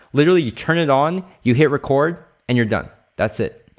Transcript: literally, you turn it on, you hit record and you're done. that's it.